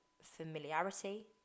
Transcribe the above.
familiarity